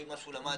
לפי מה שלמד,